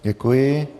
Děkuji.